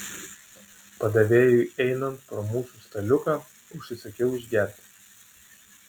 padavėjui einant pro mūsų staliuką užsisakiau išgerti